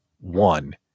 one